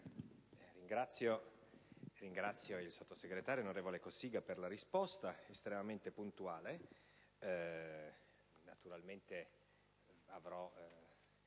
ringrazio il sottosegretario Cossiga per la risposta, estremamente puntuale.